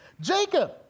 Jacob